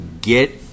get